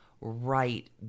right